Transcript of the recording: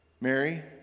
Mary